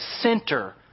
center